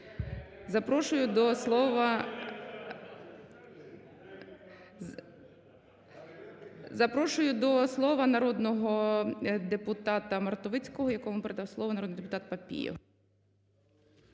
Запрошую до слова народного депутата Солов'я, якому передав слово народний депутат Іщенко.